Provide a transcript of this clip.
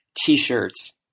t-shirts